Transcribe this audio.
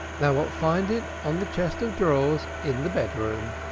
thou wilt find, it on the chest of drawers in the bedroom.